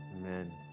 Amen